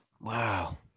Wow